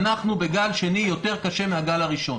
אנחנו בגל שני קשה יותר מהגל הראשון.